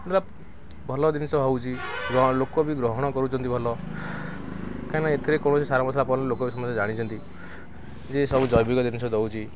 ଭଲ ଜିନିଷ ହେଉଛି ଲୋକ ବି ଗ୍ରହଣ କରୁଛନ୍ତି ଭଲ କାହିଁକିନା ଏଥିରେ କୌଣସି ସାର ମସଲା ପରେ ଲୋକ ବି ସମସ୍ତେ ଜାଣିଛନ୍ତି ଯେ ସବୁ ଜୈବିକ ଜିନିଷ ଦେଉଛି